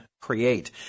create